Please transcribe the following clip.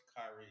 Kyrie